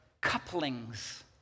couplings